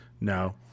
No